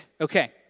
Okay